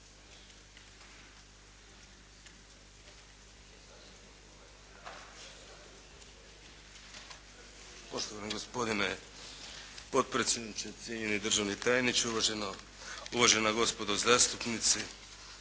Poštovani gospodine potpredsjedniče, cijenjeni državni tajniče, uvažena gospodo zastupnici.